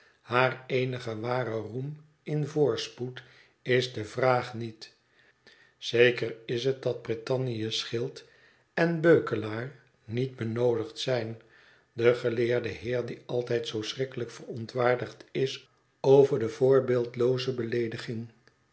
haar eenige ware roem in voorspoed is de vraag niet zeker is het dat britannië's schild en beukelaar niet benoodigd zijn de geleerde heer die altijd zoo schrikkelijk verontwaardigd is over de voorbeeldelooze beleediging